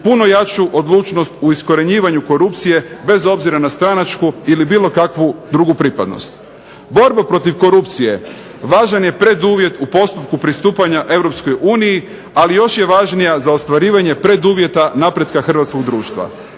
puno jaču odlučnost u iskorjenjivanju korupcije bez obzira na stranačku ili bilo kakvu drugu pripadnost. Borba protiv korupcije važan je preduvjet u postupku pristupanja EU, ali još je važnija za ostvarivanje preduvjeta napretka hrvatskog društva.